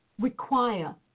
require